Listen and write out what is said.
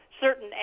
certain